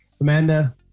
Amanda